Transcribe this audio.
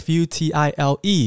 Futile